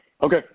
Okay